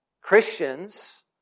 Christians